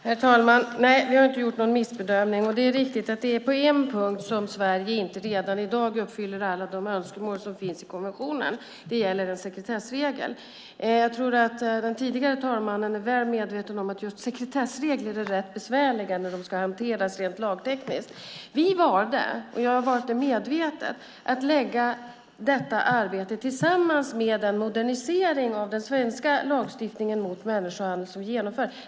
Herr talman! Nej, vi har inte gjort någon missbedömning. Det är riktigt att det är på en punkt som Sverige inte redan i dag uppfyller alla de önskemål som finns i konventionen. Det gäller en sekretessregel. Jag tror att den tidigare talmannen är väl medveten om att just sekretessregler är rätt besvärliga när de ska hanteras rent lagtekniskt. Vi valde - och vi har valt det medvetet - att lägga detta arbete tillsammans med en modernisering av den svenska lagstiftningen om människohandel som vi genomför.